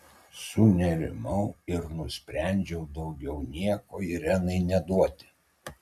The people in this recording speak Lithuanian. sunerimau ir nusprendžiau daugiau nieko irenai neduoti